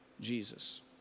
Jesus